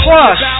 Plus